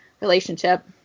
relationship